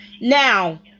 now